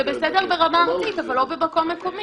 זה בסדר ברמה הארצית אבל לא במקומית.